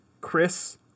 Chris